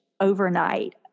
overnight